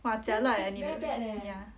!wah! jialat eh 你 ya